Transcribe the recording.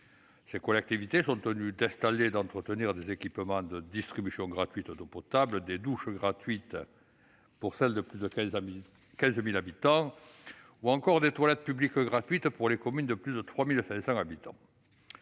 Ces collectivités sont également tenues d'installer et d'entretenir des équipements de distribution gratuite d'eau potable, des douches gratuites pour celles de plus de 15 000 habitants, ou encore des toilettes publiques gratuites pour les communes de plus de 3 500 habitants.